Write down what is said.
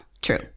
true